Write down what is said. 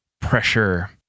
pressure